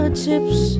chips